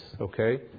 Okay